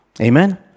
amen